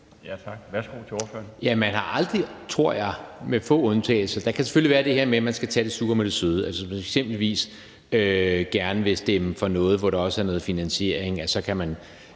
Tak. Værsgo til ordføreren.